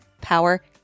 power